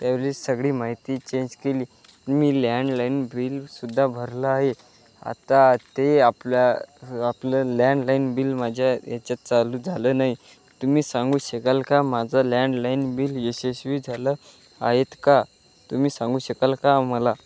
त्यावेळी सगळी माहिती चेंज केली मी लँडलाईन बिल सुद्धा भरलं आहे आता ते आपल्या आपलं लँडलाईन बिल माझ्या याच्यात चालू झालं नाही तुम्ही सांगू शकाल का माझं लँडलाईन बिल यशस्वी झालं आहेत का तुम्ही सांगू शकाल का आम्हाला